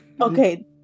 Okay